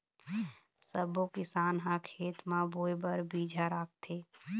सब्बो किसान ह खेत म बोए बर बिजहा राखथे